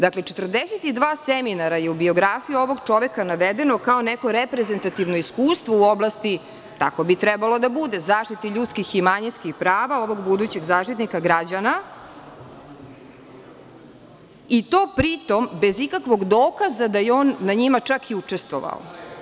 Dakle, 42 seminara je u biografiji ovog čoveka navedeno kao neko reprezentativno iskustvo u oblasti, tako bi trebalo da bude, zaštiti ljudskih i manjinskih prava ovog budućeg Zaštitnika građana, i to pri tom bez ikakvog dokaza da je on na njima čak i učestvovao.